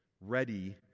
ready